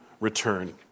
return